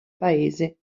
paese